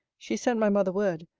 she sent my mother word,